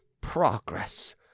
progress